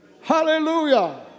Hallelujah